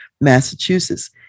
Massachusetts